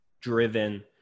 driven